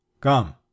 come